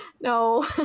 no